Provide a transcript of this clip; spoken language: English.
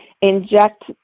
inject